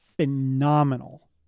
phenomenal